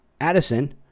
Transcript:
Addison